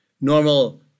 normal